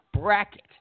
Bracket